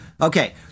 Okay